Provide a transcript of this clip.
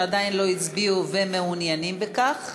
שעדיין לא הצביעו ומעוניינים בכך?